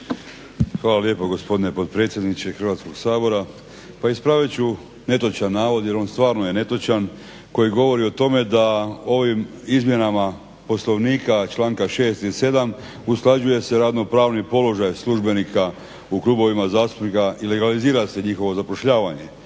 Hvala lijepo, gospodine potpredsjedniče Hrvatskoga sabora. Ispravit ću netočan navod jer on stvarno je netočan, koji govori o tome da ovim izmjenama Poslovnika članka 6. i 7. usklađuje se radnopravni položaj službenike u klubovima zastupnika i legalizira se njihovo zapošljavanje.